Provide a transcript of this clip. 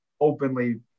openly